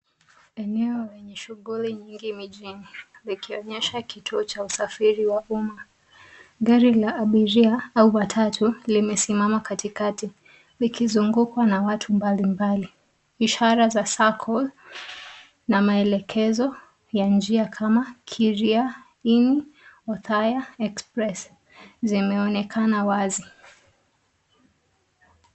Eneo yenye shughuli nyingi mijini likionyesha kituo cha usafiri wa umma. Gari la abiria au matatu limesimama katikati likizungukwa na watu mbalimbali ishara za sacco na maelekezo ya njia kama Kiria Ini, Othaya Express zimeonekana wazi.